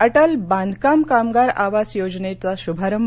अटल बांधकाम कामगार आवास योजनेचा शुभारंभ